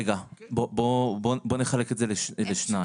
רגע, בוא נחלק את זה לשניים.